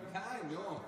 די, נו.